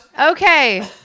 Okay